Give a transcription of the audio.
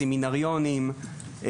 סמינריונים,